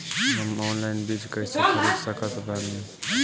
हम ऑनलाइन बीज कईसे खरीद सकतानी?